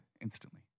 instantly